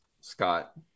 Scott